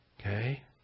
okay